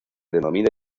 denomina